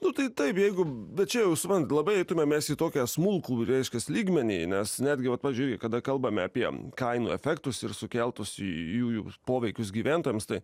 nu tai taip jeigu bet čia jau suprantat labai eitume mes į tokią smulkų reiškias lygmenį nes netgi vat pavyzdžiui kada kalbame apie kainų efektus ir sukeltus jų jų poveikius gyventojams tai